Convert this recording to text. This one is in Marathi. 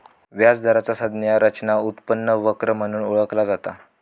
व्याज दराचा संज्ञा रचना उत्पन्न वक्र म्हणून ओळखला जाता